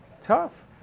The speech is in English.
Tough